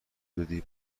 دادی